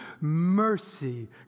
mercy